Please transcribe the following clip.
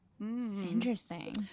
Interesting